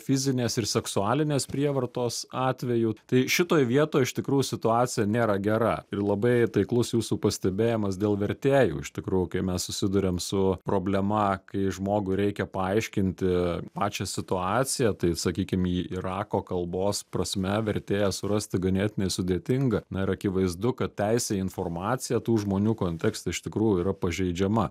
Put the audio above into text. fizinės ir seksualinės prievartos atvejų tai šitoj vietoj iš tikrų situacija nėra gera ir labai taiklus jūsų pastebėjimas dėl vertėjų iš tikrų kaip mes susiduriam su problema kai žmogui reikia paaiškinti pačią situaciją tai sakykim į irako kalbos prasme vertėją surasti ganėtinai sudėtinga na ir akivaizdu kad teisė į informaciją tų žmonių kontekste iš tikrų yra pažeidžiama